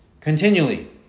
continually